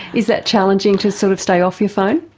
is that challenging to sort of stay off your phone?